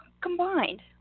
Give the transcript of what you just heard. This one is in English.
combined